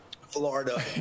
Florida